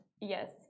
yes